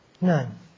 None